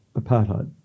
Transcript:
apartheid